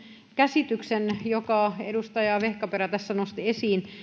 käsityksen jonka edustaja vehkaperä tässä nosti esiin